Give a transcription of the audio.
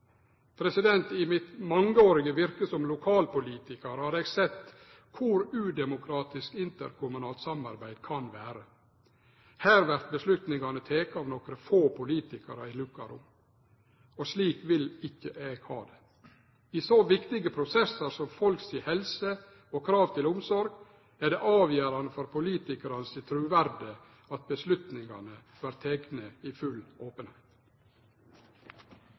I mitt mangeårig virke som lokalpolitikar har eg sett kor udemokratisk interkommunalt samarbeid kan vere. Her vert avgjerdene tekne av nokre få politikarar i lukka rom. Slik vil ikkje eg ha det. I så viktige prosessar som handlar om folks helse og krav til omsorg, er det avgjerande for politikarane sitt truverde at avgjerdene vert tekne i full openheit.